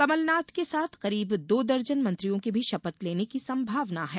कमलनाथ के साथ करीब दो दर्जन मंत्रियों के भी शपथ लेने की संभावना है